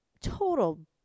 total